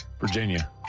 Virginia